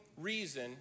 reason